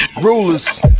Rulers